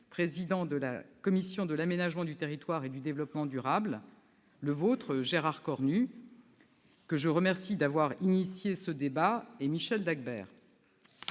président de la commission de l'aménagement du territoire et du développement durable du Sénat, Gérard Cornu, que je remercie d'être à l'initiative de ce débat, et Michel Dagbert.